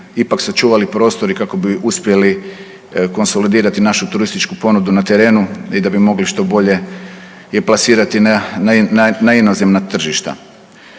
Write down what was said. ipak sačuvali prostor i kako bi uspjeli konsolidirati našu turističku ponudu na terenu i da bi mogli što bolje je plasirati na inozemna tržišta.